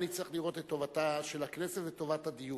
אני צריך לראות את טובתה של הכנסת ואת טובת הדיון.